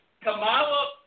Kamala